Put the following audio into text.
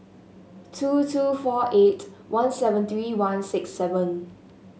two two four eight one seven three one six seven